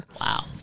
Wow